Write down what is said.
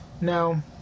No